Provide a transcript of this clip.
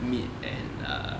meet and uh